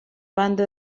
banda